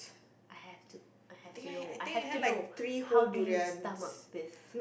I have to I have to know I have to know how do you stomach this